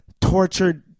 tortured